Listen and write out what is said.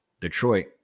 Detroit